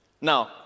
Now